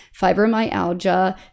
fibromyalgia